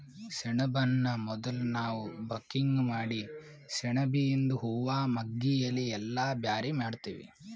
ಸೆಣಬನ್ನ ಮೊದುಲ್ ನಾವ್ ಬಕಿಂಗ್ ಮಾಡಿ ಸೆಣಬಿಯಿಂದು ಹೂವಾ ಮಗ್ಗಿ ಎಲಿ ಎಲ್ಲಾ ಬ್ಯಾರೆ ಮಾಡ್ತೀವಿ